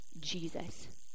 Jesus